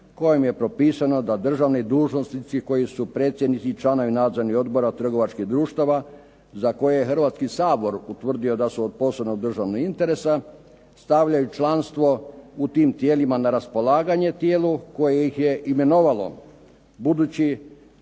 kojom je propisano da državni dužnosnici koji su predsjednici i članovi nadzornih odbora trgovačkih društava, za koje je Hrvatski sabor utvrdio da su od posebnog državnog interesa stavljaju članstvo u tim tijelima na raspolaganje tijelu koje ih je imenovalo. Budući